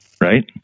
Right